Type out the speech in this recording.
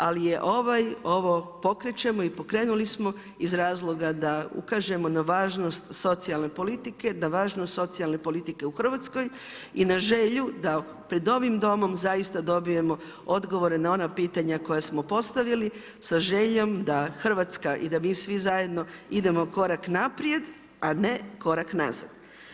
Ali je ovaj, pokrećemo i pokrenuli smo iz razloga da ukažemo na važnost socijalne politike, da važnost socijalne politike u Hrvatskoj i na želju da pred ovim Domom zaista dobijemo odgovore na ona pitanja koja smo postavili sa željom da Hrvatska i da mi svi zajedno idemo korak naprijed, a ne korak nazad.